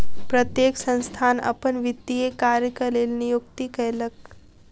प्रत्येक संस्थान अपन वित्तीय कार्यक लेल नियुक्ति कयलक